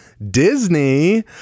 Disney